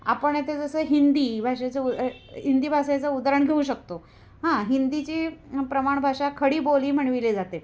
आपण येथे जसं हिंदी भाषेचं उ हिंदी भाषेचं उदाहरण घेऊ शकतो हां हिंदीची प्रमाण भाषा खडी बोली म्हणविली जाते